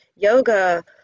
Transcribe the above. yoga